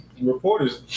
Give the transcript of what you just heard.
reporters